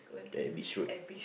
at Beach Road